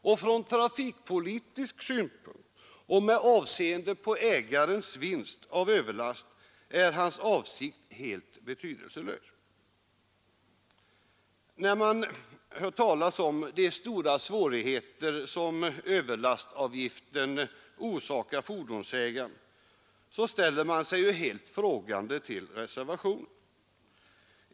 Och från trafikpolitisk synpunkt och med avseende på ägarens vinst av överlast är hans avsikt helt betydelselös. När man hör talas om de stora svårigheter som överlastavgiften orsakar fordonsägarna ställer man sig helt frågande till reservationen.